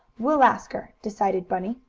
we'll ask her, decided bunny.